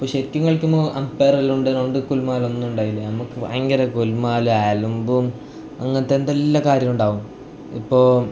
ഇപ്പോൾ ശരിക്കും കളിക്കുമ്പോൾ അമ്പയർ എല്ലാം ഉണ്ടായതുകൊണ്ട് ഗുലുമാൽ ഒന്നും ഉണ്ടാവില്ല നമുക്ക് ഭയങ്കര ഗുലുമാലും അലമ്പും അങ്ങനത്തെ എന്തെല്ലാം കാര്യവും ഉണ്ടാവും ഇപ്പോൾ